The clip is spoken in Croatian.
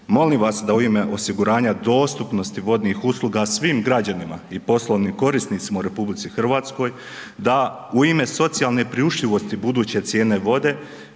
Molim vas da u ime osiguranja dostupnosti vodnih usluga svim građanima i poslovnim korisnicima u RH da u ime socijalne priuštivosti buduće cijene vode,